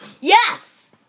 Yes